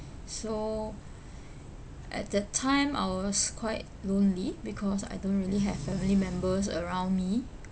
so at that time I was quite lonely because I don't really have family members around me